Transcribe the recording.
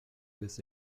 this